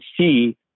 see